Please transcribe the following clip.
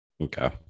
okay